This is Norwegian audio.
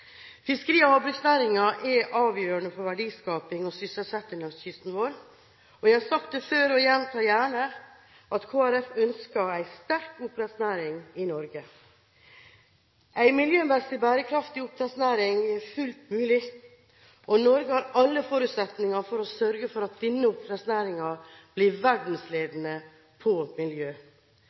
Fiskeri- og havbruksnæringen er avgjørende for verdiskaping og sysselsetting langs kysten vår. Jeg har sagt det før, og jeg gjentar det gjerne, at Kristelig Folkeparti ønsker en sterk oppdrettsnæring i Norge. En miljømessig, bærekraftig oppdrettsnæring er fullt mulig, og Norge har alle forutsetninger for å sørge for at denne oppdrettsnæringen blir verdensledende på miljø.